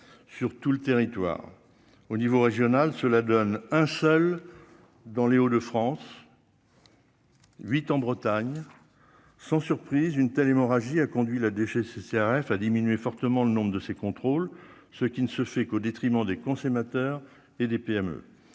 sur tout le territoire au niveau régional, cela donne un seul dans Les Hauts de France. Huit en Bretagne, sans surprise, une telle hémorragie a conduit la DGCCRF à diminuer fortement le nombre de ces contrôles, ce qui ne se fait qu'au détriment des consommateurs et des PME,